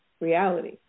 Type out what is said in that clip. reality